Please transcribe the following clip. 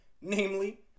Namely